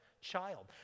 child